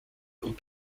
und